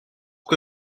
que